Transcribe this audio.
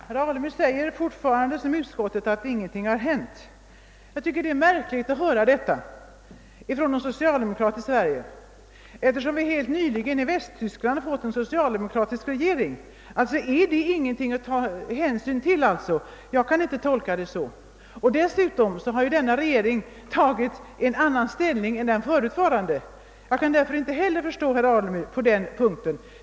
Herr talman! Herr Alemyr menar fortfarande liksom utskottet att ingenting hänt. Jag tycker det är märkligt att höra detta från en socialdemokrat här i Sverige eftersom Västtyskland nyligen fått en socialdemokratisk regering. Är inte detta förhållande något att ta hänsyn till? Jag kan inte tolka det på annat sätt än att så är fallet. Dessutom har denna regering intagit en helt annan ställning än den förutvarande. Jag kan därför inte heller på denna punkt förstå herr Alemyrs resonemang.